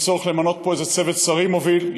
יש צורך למנות פה איזה צוות שרים מוביל,